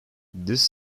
this